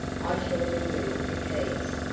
i shall remove the keys.